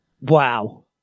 Wow